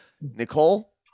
Nicole